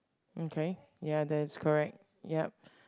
okay ya that's correct ya